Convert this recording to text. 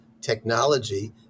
technology